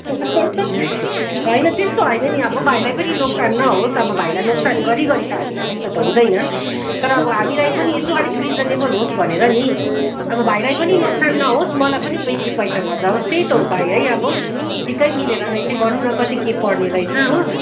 होइन त्यस्तो होइन नि अब भाइलाई पनि नोक्सान नहोस् अब भाइलाई नोक्सान गरी गरी त हामीलाई त्यस्तो त हुँदैन तर अब हामीलाई पनि यसो अलिक रिजनेबल होस् भनेर नि अब भाइलाई पनि नोक्सान नहोस् मलाई पनि बेसी पैसा नजावोस् त्यही त हो भाइ है अब ठिकै मिलेर नै चाहिँ गरौँ न कति के पर्ने रहेछ हो